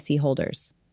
holders